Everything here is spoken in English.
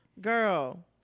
girl